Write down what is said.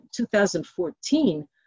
2014